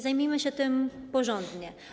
Zajmijmy się tym porządnie.